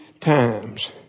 times